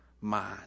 mind